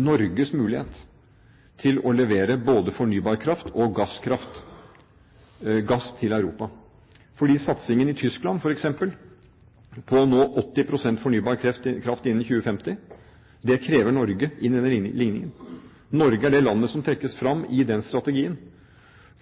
Norges mulighet til å levere både fornybar kraft og gasskraft, gass til Europa, fordi satsingen i f.eks. Tyskland, som nå er på 80 pst. fornybar kraft innen 2050, krever Norge inn i denne ligningen. Norge er det landet som trekkes fram i den strategien,